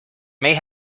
may